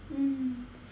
mm